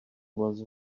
was